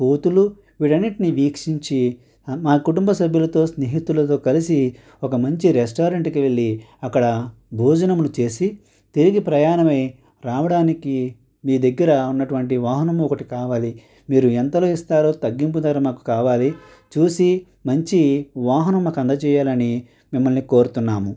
కోతులు వీటన్నింటిని వీక్షించి మా కుటుంబ సభ్యులతో స్నేహితులతో కలిసి ఒక మంచి రెస్టారెంట్కి వెళ్ళి అక్కడ భోజనములు చేసి తిరిగి ప్రయాణమై రావడానికి మీ దగ్గర ఉన్నటువంటి వాహనం ఒకటి కావాలి మీరు ఎంతలో ఇస్తారో తగ్గింపు ధర మాకు కావాలి చూసి మంచి వాహనం మాకు అందచేయాలని మిమ్మల్ని కోరుతున్నాము